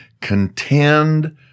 contend